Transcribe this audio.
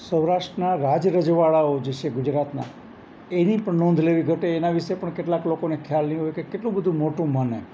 સૌરાષ્ટ્રના રાજ રજવાડાઓ જે છે ગુજરાતનાં એની પણ નોંધ લેવી ઘટે એના વિશે પણ કેટલાક લોકોને ખ્યાલ નહીં હોય કે કેટલું બધું મોટું મન એમ